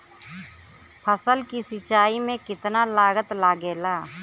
फसल की सिंचाई में कितना लागत लागेला?